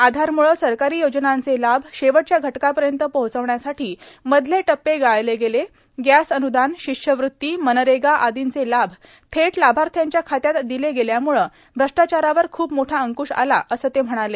आधारम्ळे सरकारी योजनांचे लाभ शेवटच्या घटकापर्यंत पोहोचवण्यासाठी मधले टप्पे गाळले गेले गॅस अन्दान शिष्यवृत्ती मनरेगा आर्दीचे लाभ थेट लाभार्थींच्या खात्यात दिले गेल्याम्ळे भ्रष्टाचारावर खूप मोठा अंक्श आला असल्याचं ते म्हणाले